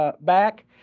back